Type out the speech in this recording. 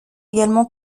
également